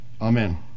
amen